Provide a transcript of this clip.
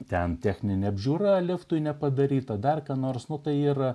ten techninė apžiūra liftui nepadaryta dar ką nors nu tai yra